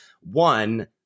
one